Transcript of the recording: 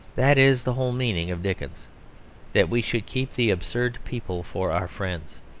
that is the whole meaning of dickens that we should keep the absurd people for our friends.